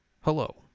Hello